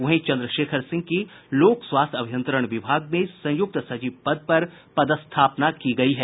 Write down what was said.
वहीं चंद्रशेखर सिंह की लोक स्वास्थ्य अभियंत्रण विभाग में संयुक्त सचिव पद पर पदस्थापना की गयी है